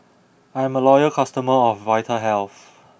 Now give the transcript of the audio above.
I'm a loyal customer of Vitahealth